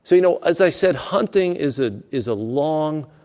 so you know, as i said, hunting is ah is a long,